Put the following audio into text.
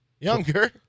Younger